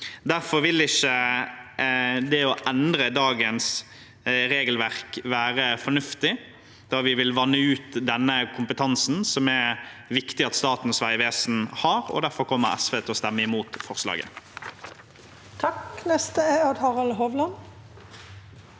Derfor vil ikke det å endre dagens regelverk være fornuftig, da vi vil vanne ut denne kompetansen som det er viktig at Statens vegvesen har. Derfor kommer SV til å stemme imot forslaget. Odd Harald Hovland